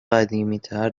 قدیمیتر